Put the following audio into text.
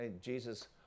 Jesus